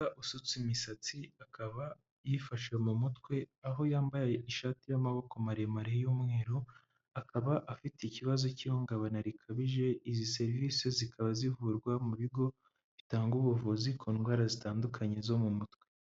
Usutse imisatsi akaba yifashe mu mutwe aho yambaye ishati y'amaboko maremare y'umweru akaba afite ikibazo cy'ihungabana rikabije izi serivisi zikaba zivurwa mu bigo bitanga ubuvuzi ku ndwara zitandukanye zo mu mutwe.